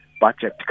budget